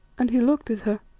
and he looked at her.